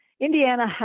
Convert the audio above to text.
Indiana